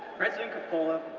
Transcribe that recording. president coppola,